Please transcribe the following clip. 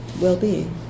well-being